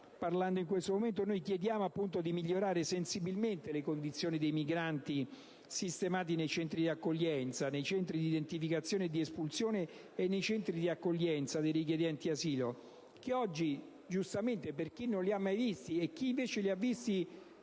tali ultime questioni noi chiediamo di migliorare sensibilmente le condizioni dei migranti sistemati nei centri di accoglienza, nei centri di identificazione e espulsione e nei centri di accoglienza dei richiedenti asilo, centri che oggi - lo dico per chi non li ha mai visti o per chi li ha visti